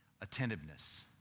attentiveness